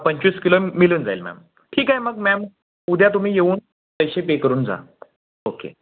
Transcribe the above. पंचवीस किलो मिळून जाईल मॅम ठीक आहे मग मॅम उद्या तुम्ही येऊन पैसे पे करून जा ओके